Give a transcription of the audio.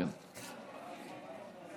תודה רבה,